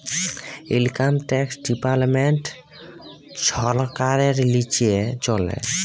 income tax department ছরকারের লিচে চলে